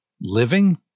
living